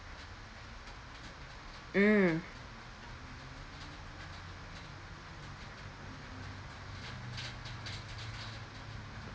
mm